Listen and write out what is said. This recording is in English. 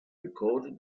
recorded